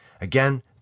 Again